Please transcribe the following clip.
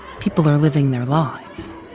people are living their lives.